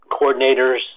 coordinators